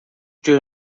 due